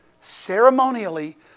ceremonially